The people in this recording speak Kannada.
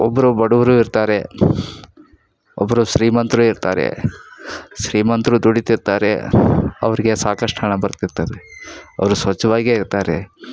ಒಬ್ಬರು ಬಡವ್ರೂ ಇರ್ತಾರೆ ಒಬ್ಬರು ಶ್ರೀಮಂತ್ರೂ ಇರ್ತಾರೆ ಶ್ರೀಮಂತ್ರು ದುಡೀತಿರ್ತಾರೆ ಅವ್ರಿಗೆ ಸಾಕಷ್ಟು ಹಣ ಬರ್ತಿರ್ತದೆ ಅವರು ಸ್ವಚ್ಛವಾಗೇ ಇರ್ತಾರೆ